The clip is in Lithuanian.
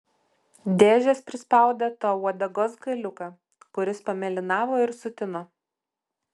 dėžės prispaudė tau uodegos galiuką kuris pamėlynavo ir sutino